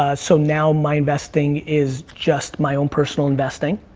ah so now my investing is just my own personal investing,